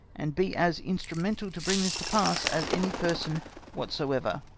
and be as instrumental to bring this to pass as any person whatsoever.